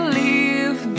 leave